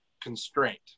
constraint